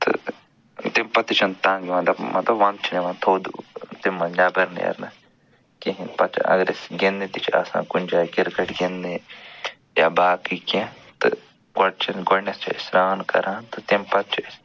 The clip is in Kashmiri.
تہٕ تَمہِ پتہٕ تہِ چھِنہٕ تنٛگ وَنٛگ مطلب وَنٛدٕ چھِ یِوان تھوٚد تَمہِ منٛز نٮ۪بَر نیرٕنَس کِہیٖنۍ پَتہٕ چھِ اگر أسۍ گِنٛدنہِ تہِ چھِ آسان کُنہِ جایہِ کِرکَٹ گِنٛدنہِ یا باقٕے کیٚنہہ تہٕ گۄڈٕ چھِنہٕ گۄڈٕنٮ۪تھ چھِ أسۍ سرٛان کران تہٕ تَمہِ پتہٕ چھِ أسۍ